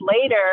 later